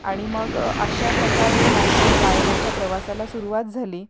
आणि मग अशा प्रकारे माझ्या गायनाच्या प्रवासाला सुरुवात झाली